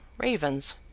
ravens,